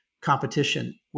competition